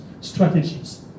strategies